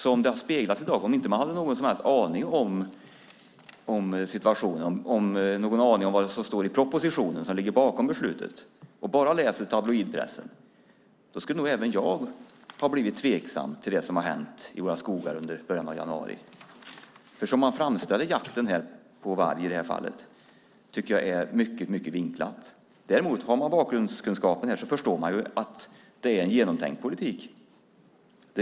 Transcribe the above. Om jag inte haft någon aning om vad som står i propositionen som ligger bakom beslutet och bara hade läst tabloidpressen skulle nog även jag ha blivit tveksam till det som har hänt i våra skogar i början av januari. Det sätt på vilket man framställer jakten på varg är mycket vinklat. Men om man har bakgrundskunskapen förstår man att det är en genomtänkt politik.